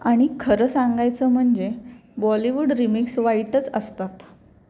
आणि खरं सांगायचं म्हणजे बॉलिवूड रिमिक्स वाईटच असतात